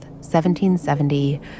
1770